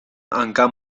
hanka